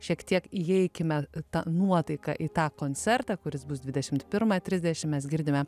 šiek tiek įeikime ta nuotaika į tą koncertą kuris bus dvidešimt pirmą trisdešim mes girdime